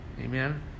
Amen